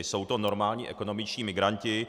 Jsou to normální ekonomičtí migranti.